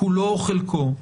כולו או חלקו,